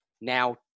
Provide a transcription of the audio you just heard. now